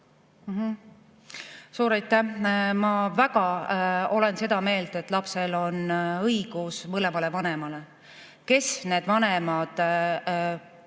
Suur aitäh! Ma väga olen seda meelt, et lapsel on õigus mõlemale vanemale. Kes need vanemad